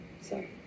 Sorry